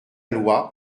loi